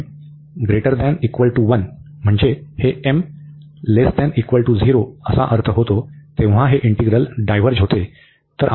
जेव्हा हे 1 m≥1 म्हणजे हे m≤0 असा अर्थ होतो तेव्हा हे इंटीग्रल डायव्हर्ज होते